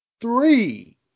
three